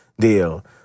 deal